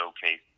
showcase